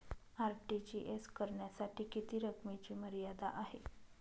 RTGS करण्यासाठी किती रकमेची मर्यादा आहे?